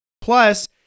Plus